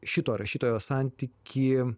šito rašytojo santykį